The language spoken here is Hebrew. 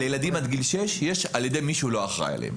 ילדים עד גיל שש על ידי מי שהוא לא אחראי עליהם?